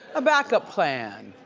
a backup plan.